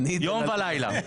יום ולילה.